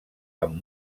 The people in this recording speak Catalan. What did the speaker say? amb